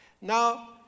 Now